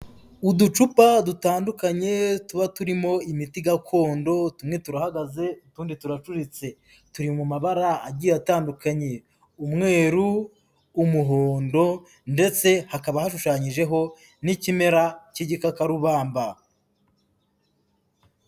Uducupa dutandukanye tuba turimo imiti gakondo, tumwe turahagaze utundi turaturitse. Turi mu mabara agiye atandukanye, umweru, umuhondo ndetse hakaba hashushanyijeho n'ikimera cy'igikakarubamba.